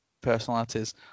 personalities